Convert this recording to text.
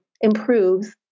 improves